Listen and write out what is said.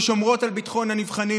ששומרות על ביטחון הנבחנים,